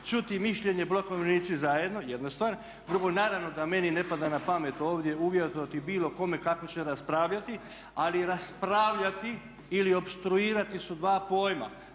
čuti mišljenje Bloka umirovljenici zajedno. Drugo, naravno da meni ne pada na pamet ovdje uvjetovati bilo kome kako će raspravljati, ali raspravljati ili opstruirati su dva pojma.